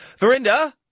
Verinda